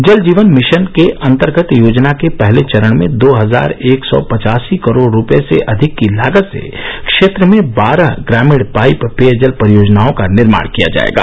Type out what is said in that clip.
जल जीवन मिशन के अन्तर्गत योजना के पहले चरण में दो हजार एक सौ पचासी करोड़ रुपए से अधिक की लागत से क्षेत्र में बारह ग्रामीण पाइप पेयजल परियोजनाओं का निर्माण किया जाएगा